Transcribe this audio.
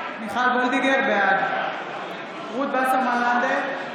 וולדיגר, בעד רות וסרמן לנדה,